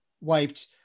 wiped